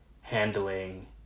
handling